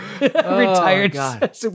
retired